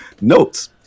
Notes